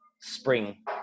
spring